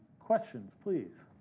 questions, please.